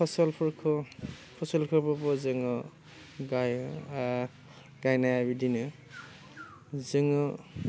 फसलफोरखौ फसलखोफोरखौ जोङो गाय गायनाया बिदिनो जोङो